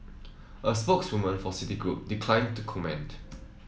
a spokeswoman for Citigroup declined to comment